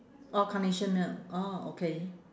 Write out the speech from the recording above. oh carnation milk oh okay